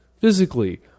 Physically